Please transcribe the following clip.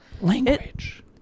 Language